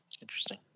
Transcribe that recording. interesting